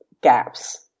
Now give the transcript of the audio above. gaps